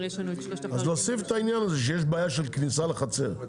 מרכזית (ב)